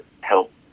help